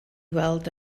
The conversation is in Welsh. weld